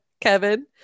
kevin